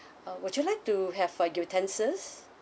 uh would you like to have uh utensils